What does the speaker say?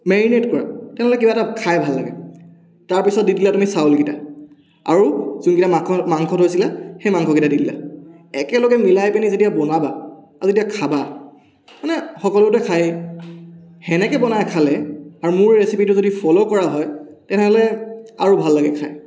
marinate কৰা তেনেহ'লে কিবা এটা খাই ভাল লাগে তাৰপিছত দি দিলা তুমি চাউল কেইটা আৰু যোনকেইটা মাংস মাংসটো থৈছিলা সেই মাংসকেইটা দি দিলা একেলগে মিলাই মেলি যেতিয়া বনাবা আৰু যেতিয়া খাবা মানে সকলোৱেটো খায়েই সেনেকৈ বনাই খালে আৰু মোৰ ৰেচিপিটো যদি ফ'ল' কৰা হয় তেনেহ'লে আৰু ভাল লাগে খাই